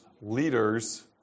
leaders